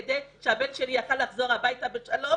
כדי שהבן שלי יכול היה לחזור הביתה בשלום,